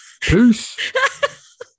Peace